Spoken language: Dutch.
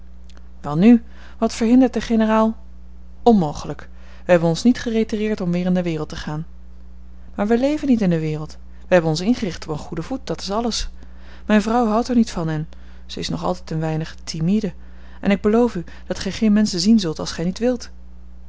welnu wat verhindert den generaal onmogelijk wij hebben ons niet geretireerd om weer in de wereld te gaan maar wij leven niet in de wereld wij hebben ons ingericht op een goeden voet dat is alles mijne vrouw houdt er niet van en ze is nog altijd een weinig timide en ik beloof u dat gij geen menschen zien zult als gij niet wilt